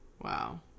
Wow